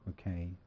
okay